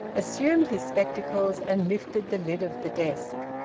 assumed his spectacles, and lifted the lid of the desk.